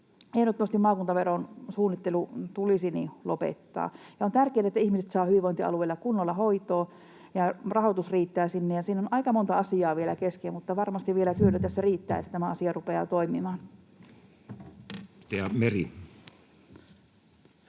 Ehdottomasti maakuntaveron suunnittelu tulisi lopettaa. On tärkeää, että ihmiset saavat hyvinvointialueilla kunnolla hoitoa ja rahoitus riittää sinne. Siinä on aika monta asiaa vielä kesken. Varmasti työtä tässä vielä riittää, jotta tämä asia rupeaa toimimaan. [Speech